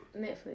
Netflix